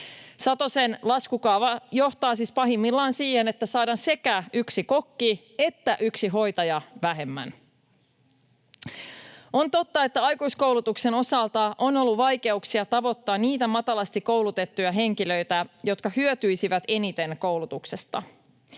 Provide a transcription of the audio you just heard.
Satosen laskukaava johtaa siis pahimmillaan siihen, että saadaan sekä yksi kokki että yksi hoitaja vähemmän. On totta, että aikuiskoulutuksen osalta on ollut vaikeuksia tavoittaa niitä matalasti koulutettuja henkilöitä, jotka hyötyisivät eniten koulutuksesta.